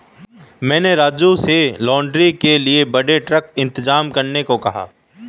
मैंने राजू से लॉगिंग के लिए बड़ी ट्रक इंतजाम करने को कहा है